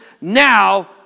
now